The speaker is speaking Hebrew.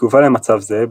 בתגובה למצב זה,